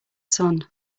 sun